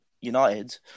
United